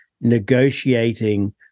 negotiating